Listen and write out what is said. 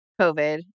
COVID